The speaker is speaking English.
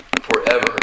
forever